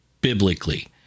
biblically